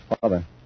father